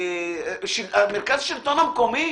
מרכז השלטון המקומי,